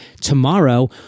tomorrow